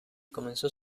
comenzó